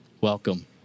welcome